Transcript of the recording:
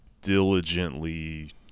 diligently